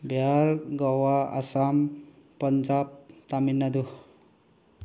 Bihar Goa Assam Punjab Tamil Nadu